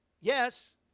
yes